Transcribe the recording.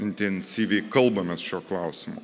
intensyviai kalbamės šiuo klausimu